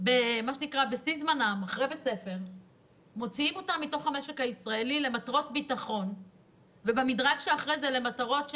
בשיא זמנם ומוציאים אותם מהמשק הישראלי למטרות ביטחון ואני רוצה